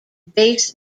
bass